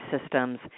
systems